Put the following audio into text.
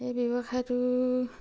সেই ব্যৱসায়টো